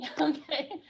Okay